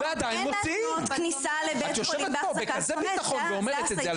להתנות כניסה לבית חולים בהחזקת חמץ.